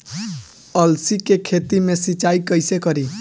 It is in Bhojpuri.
अलसी के खेती मे सिचाई कइसे करी?